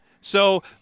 So-